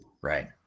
Right